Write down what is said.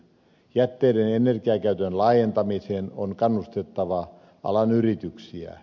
jätteiden energiakäytön laajentamiseen on kannustettava alan yrityksiä